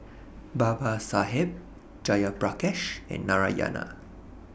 Babasaheb Jayaprakash and Narayana